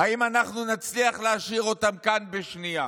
האם אנחנו נצליח להשאיר אותם כאן בשנייה?